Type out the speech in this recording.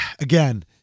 again